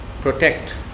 protect